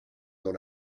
dans